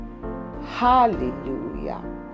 Hallelujah